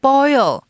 Boil